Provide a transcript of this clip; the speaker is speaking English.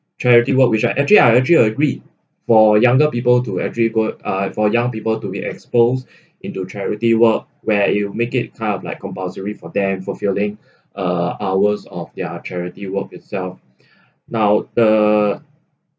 charity work which I actually I actually agree for younger people to actually work uh for young people to be exposed into charity work where you make it kind of like compulsory for them fulfilling uh hours of their charity work itself now the